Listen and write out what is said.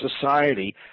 society